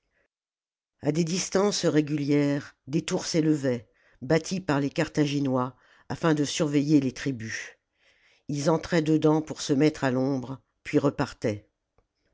a des distances régulières des tours s'élevaient bâties par les carthaginois afin de surveiller les tribus ils entraient dedans pour se mettre à l'ombre puis repartaient